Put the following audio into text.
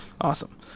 Awesome